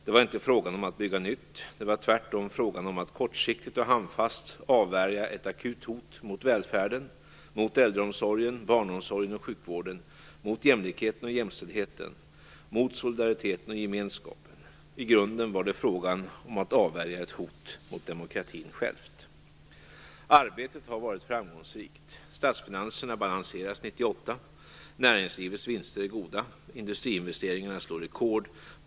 Det var inte fråga om att bygga nytt. Det var tvärtom fråga om att kortsiktigt och handfast avvärja ett akut hot mot välfärden, mot äldreomsorgen, barnomsorgen och sjukvården, mot jämlikhet och jämställdhet, mot solidaritet och gemenskap. I grunden var det fråga om att avvärja ett hot mot demokratin själv. Arbetet har varit framgångsrikt. Statsfinanserna balanseras 1998. Näringslivets vinster är goda. Industriinvesteringarna slår rekord.